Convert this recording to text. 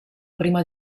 prima